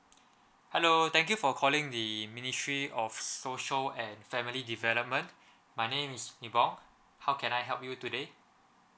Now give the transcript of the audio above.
hello thank you for calling the ministry of social and family development my name is nibong how can I help you today